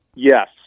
Yes